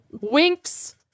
Wink's